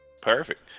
Perfect